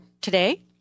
today